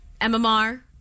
MMR